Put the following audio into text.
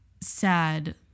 sad